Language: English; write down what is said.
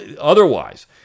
otherwise